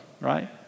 right